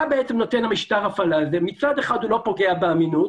המשטר הזה לא פוגע באמינות,